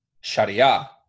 sharia